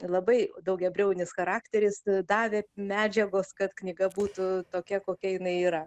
labai daugiabriaunis charakteris davė medžiagos kad knyga būtų tokia kokia jinai yra